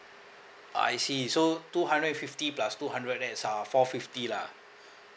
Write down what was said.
I see so two hundred and fifty plus two hundred that's uh four fifty lah